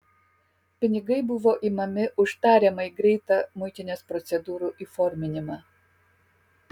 pinigai buvo imami už tariamai greitą muitinės procedūrų įforminimą